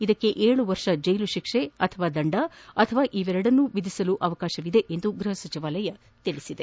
ಇದಕ್ಕೆ ಏಳು ವರ್ಷ ಜೈಲು ಶಿಕ್ಷೆ ಅಥವಾ ದಂಡ ಅಥವಾ ಇವೆರಡನ್ನು ವಿಧಿಸಬಹುದಾಗಿದೆ ಎಂದು ಗೃಹ ಸಚಿವಾಲಯ ತಿಳಿಸಿದೆ